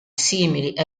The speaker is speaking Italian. simili